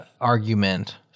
argument